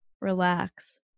relax